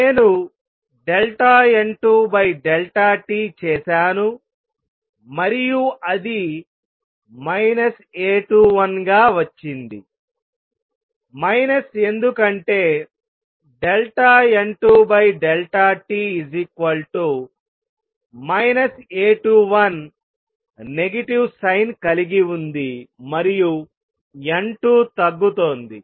నేను N2t చేశాను మరియు అది A21 గా వచ్చింది ఎందుకంటే N2t A21 నెగటివ్ సైన్ కలిగి ఉంది మరియు N2 తగ్గుతోంది